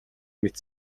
мэт